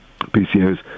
PCOs